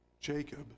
Jacob